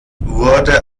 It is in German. wurde